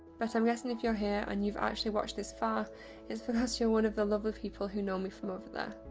but i'm guessing if you're here and you've actually watched this far it's because you're one of the lovely people who know me from over there.